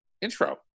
intro